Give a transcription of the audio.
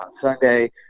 Sunday